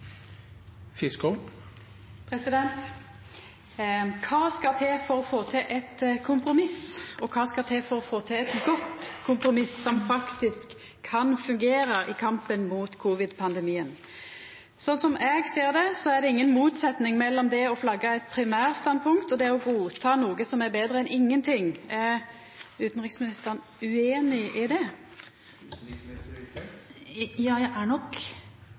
å få til eit kompromiss, og kva skal til for å få til eit godt kompromiss som faktisk kan fungera i kampen mot covid-pandemien? Sånn eg ser det, er det inga motsetning mellom det å flagga eit primærstandpunkt og det å godta noko som er betre enn ingenting. Er utanriksministeren ueinig i det? Ja, jeg er nok